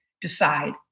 decide